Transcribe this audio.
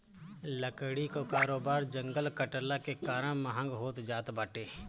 लकड़ी कअ कारोबार जंगल कटला के कारण महँग होत जात बाटे